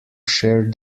share